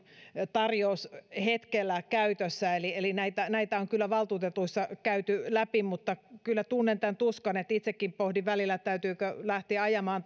tarjoushetkellä käytössä eli eli näitä näitä on kyllä valtuutetuissa käyty läpi mutta kyllä tunnen tämän tuskan ja itsekin pohdin välillä täytyykö lähteä ajamaan